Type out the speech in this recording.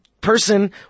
person